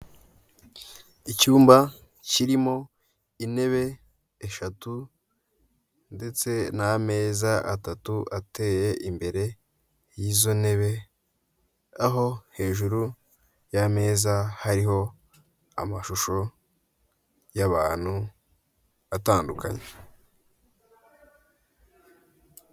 Icyumba kirimo intebe eshatu ndetse n'ameza atatu ateye imbere y'izo ntebe aho hejuru y'ameza hariho amashusho y'abantu atandukanye.